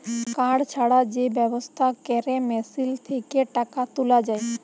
card ছাড়া যে ব্যবস্থা ক্যরে মেশিল থ্যাকে টাকা তুলা যায়